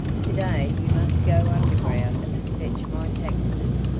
to-day you must go underground and fetch my taxes,